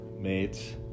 mates